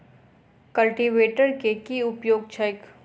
Cultivator केँ की उपयोग छैक?